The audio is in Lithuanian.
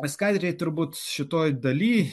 skaidrėj turbūt šitoj daly